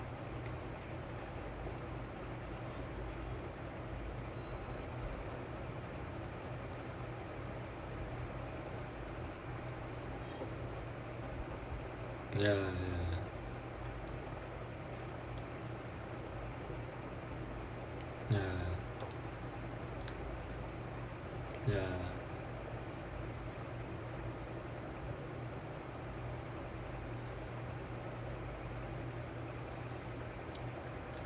ya ya ya ya